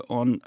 on